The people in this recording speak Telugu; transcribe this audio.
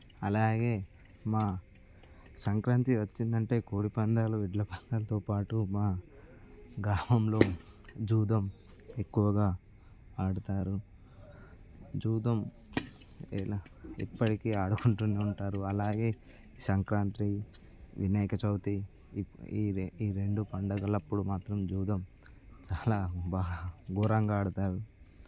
అలాగే మా సంక్రాంతి వచ్చింది అంటే కోడి పందాలు ఎడ్ల పందాలుతో పాటు మా గ్రామంలో జూదం ఎక్కువగా ఆడుతారు జూదం ఎలా ఎప్పటికీ ఆడుకుంటూనే ఉంటారు అలాగే సంక్రాంతి వినాయక చవితి ఈ రెండు రెండు పండుగల అప్పుడు మాత్రం జూదం చాలా బాగా ఘోరంగా ఆడుతారు